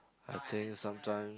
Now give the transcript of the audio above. I think sometimes